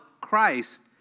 Christ